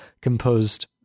composed